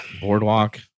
Boardwalk